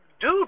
dude